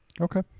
Okay